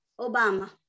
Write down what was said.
Obama